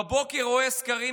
בבוקר נתניהו רואה סקרים,